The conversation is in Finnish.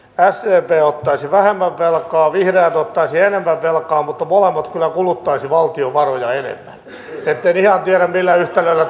sdp ottaisi vähemmän velkaa vihreät ottaisivat enemmän velkaa mutta molemmat kyllä kuluttaisivat valtion varoja enemmän en ihan tiedä millä yhtälöllä